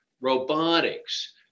robotics